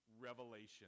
revelation